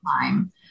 time